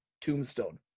tombstone